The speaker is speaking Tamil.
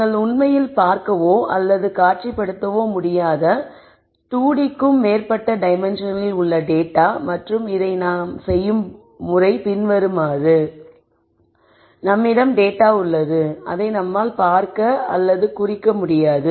நீங்கள் உண்மையில் பார்க்கவோ அல்லது காட்சிப்படுத்தவோ முடியாத 2D க்கும் மேற்பட்ட டைமென்ஷன்களில் உள்ள டேட்டா மற்றும் இதை நாங்கள் செய்யும் முறை பின்வருமாறு எனவே நம்மிடம் டேட்டா உள்ளது அதை நம்மால் பார்க்க அல்லது குறிக்க முடியாது